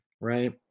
right